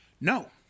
No